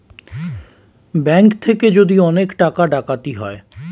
bank থেকে যদি অনেক টাকা ডাকাতি হয়